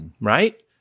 Right